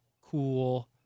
cool